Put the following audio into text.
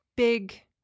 big